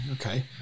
Okay